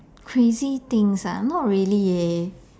crazy things ah not really leh